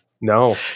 No